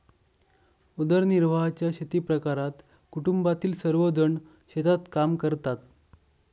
उदरनिर्वाहाच्या शेतीप्रकारात कुटुंबातील सर्वजण शेतात काम करतात